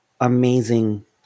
amazing